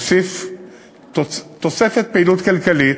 נוסיף תוספת פעילות כלכלית,